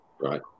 right